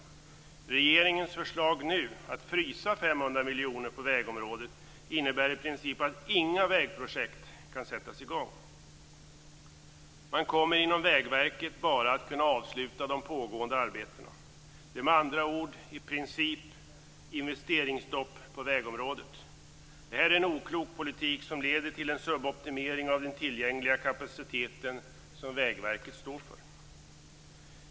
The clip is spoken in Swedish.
Regeringens förslag att nu frysa 500 miljoner kronor på vägområdet innebär i princip att inga nya vägprojekt kan sättas i gång. Man kommer inom Vägverket bara att kunna avsluta de pågående arbetena. Det är med andra ord i princip investeringsstopp på vägområdet. Detta är en oklok politik som leder till en suboptimering av den tillgängliga kapaciteten som Vägverket står för.